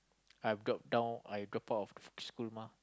I've dropped down I've dropped out of a school mah